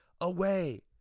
away